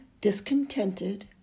discontented